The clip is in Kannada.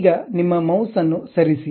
ಈಗ ನಿಮ್ಮ ಮೌಸ್ ಅನ್ನು ಸರಿಸಿ